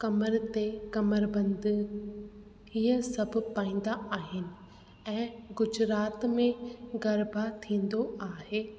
कमरि ते कमरबंद इहे सभु पाईंदा आहिनि ऐं गुजरात में गरबा थींदो आहे